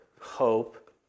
hope